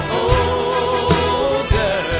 older